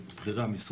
את בכירי המשרד,